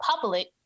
public